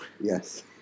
Yes